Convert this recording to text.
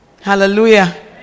Hallelujah